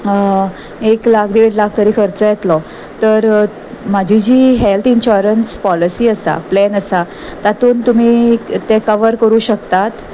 एक लाख देड लाख तरी खर्च येतलो तर म्हाजी जी हेल्थ इन्शरन्स पॉलिसी आसा प्लॅन आसा तातूंत तुमी ते कवर करूं शकतात